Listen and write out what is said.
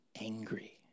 angry